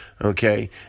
Okay